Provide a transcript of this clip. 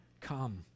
come